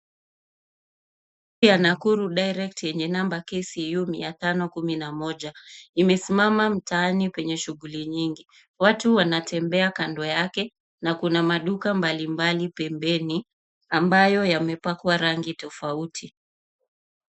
Gari ya Nakuru Direct yenye namba KCU 511. Imesimama mtaani kwenye shughuli nyingi. Watu wanatembea kando yake, na kuna maduka mbali mbali pembeni, ambayo yamepakwa rangi tofauti.